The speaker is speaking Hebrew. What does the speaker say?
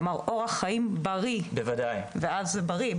כלומר אורח חיים בריא ואז בריא,